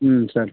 ಹ್ಞೂ ಸರ್